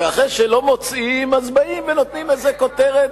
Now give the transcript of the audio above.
ואחרי שלא מוצאים, אז באים ונותנים איזו כותרת,